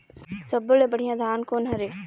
सब्बो ले बढ़िया धान कोन हर हे?